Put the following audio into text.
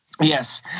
Yes